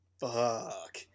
fuck